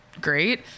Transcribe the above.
great